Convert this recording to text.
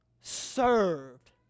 served